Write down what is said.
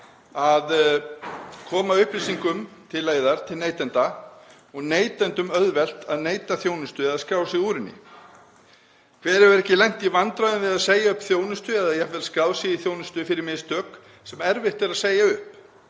að koma upplýsingum til leiðar til neytenda og neytendum að neyta þjónustu eða skrá sig úr henni. Hver hefur ekki lent í vandræðum við að segja upp þjónustu eða jafnvel skráð sig í þjónustu fyrir mistök sem erfitt er að segja upp?